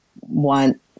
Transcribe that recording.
want